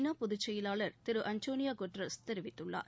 நா பொதுச் செயலாளர் திரு அன்டோனியோ கட்டரஸ் தெரிவித்துள்ளார்